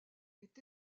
est